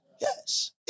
Yes